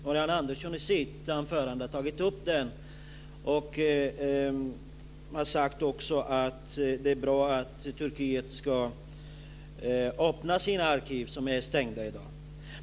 Marianne Andersson har i sitt anförande just tagit upp den och även sagt att det skulle vara bra om Turkiet öppnade sina arkiv, som är stängda i dag.